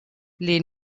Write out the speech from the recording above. les